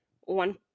one